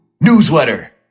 newsletter